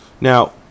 Now